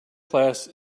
class